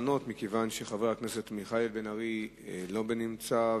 לענות מכיוון שחבר הכנסת מיכאל בן ארי לא נמצא,